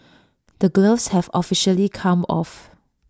the gloves have officially come off